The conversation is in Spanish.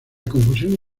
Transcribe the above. confusión